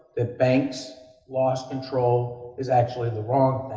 that banks lost control is actually the wrong